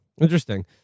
Interesting